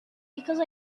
because